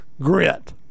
grit